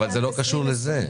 אבל זה לא קשור לזה.